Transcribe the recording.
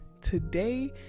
today